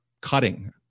cutting